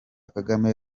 kagame